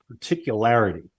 particularity